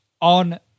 on